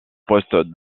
post